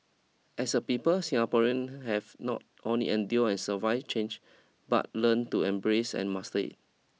as a people Singaporean have not only endure and survive change but learned to embrace and master it